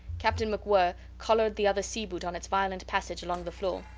captain macwhirr collared the other sea-boot on its violent passage along the floor.